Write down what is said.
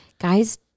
guy's